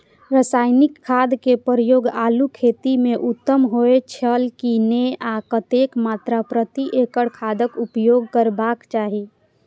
रासायनिक खाद के प्रयोग आलू खेती में उत्तम होय छल की नेय आ कतेक मात्रा प्रति एकड़ खादक उपयोग करबाक चाहि?